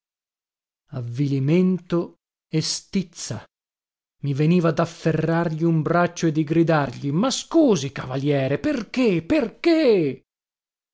avvilimento e stizza i veniva dafferrargli un braccio e di gridargli ma scusi cavaliere perché perché